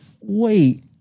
wait